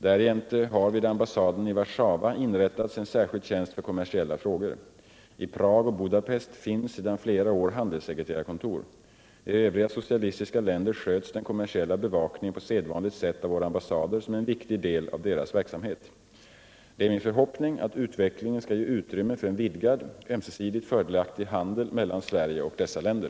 Därjämte har vid ambassaden i Warszawa inrättats en särskild tjänst för kommersiella frågor. I Prag och Budapest finns sedan flera år handelssekreterarkontor. I övriga socialistiska länder sköts den kommersiella bevakningen på sedvanligt sätt av våra ambassader som en viktig del av deras verksamhet. Det är min förhoppning att utvecklingen skall ge utrymme för en vidgad, ömsesidigt fördelaktig handel mellan Sverige och dessa länder.